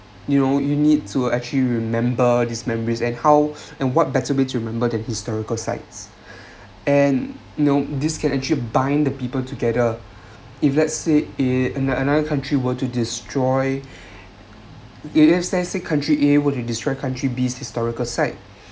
you know you need to actually remember these memories and how and what better way you remember that historical sites and you know this can actually bind the people together if let's say in a~ another country were to destroy if let’s say country A were to destroy country B's historical site